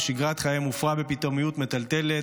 ושגרת חייהם הופרה בפתאומיות מטלטלת,